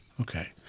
okay